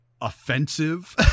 offensive